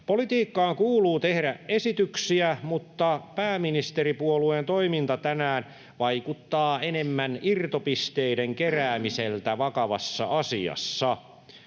Politiikkaan kuuluu tehdä esityksiä, mutta pääministeripuolueen toiminta tänään vaikuttaa enemmän irtopisteiden keräämiseltä vakavassa asiassa.